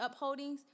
upholdings